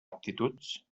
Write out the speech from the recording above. aptituds